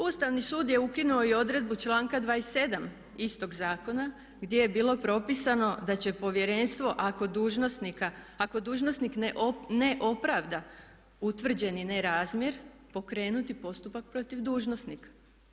Ustavni sud je ukinuo i odredbu članka 27. istog zakona gdje je bilo propisano da će Povjerenstvo ako dužnosnik ne opravda utvrđeni nerazmjer pokrenuti postupak protiv dužnosnika.